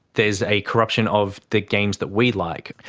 there's a corruption of the games that we like.